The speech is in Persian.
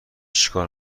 چیکار